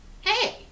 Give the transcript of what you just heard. hey